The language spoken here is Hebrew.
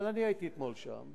אבל אני הייתי אתמול שם,